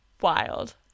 wild